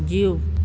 जीउ